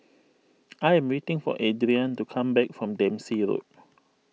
I am waiting for Adriane to come back from Dempsey Road